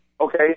okay